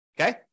Okay